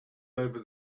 over